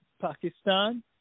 Pakistan